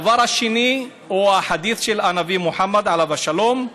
הדבר השני הוא החדית' של הנביא מוחמד, עליו השלום: